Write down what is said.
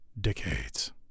decades